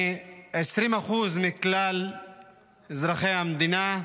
מ-20% מכלל אזרחי המדינה.